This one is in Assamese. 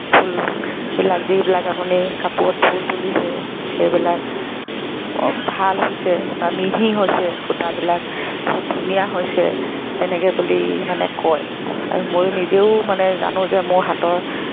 ফুলবিলাক যিবিলাক আপুনি কাপোৰত ফুল তুলিছে সেইবিলাক ভাল হৈছে বা মিহি হৈছে সূতাবিলাক বহুত ধুনীয়া হৈছে তেনেকে বুলি মানে কয় আৰু মই নিজেও মানে জানো যে মোৰ হাতৰ